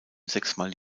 sechsmal